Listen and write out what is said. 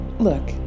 Look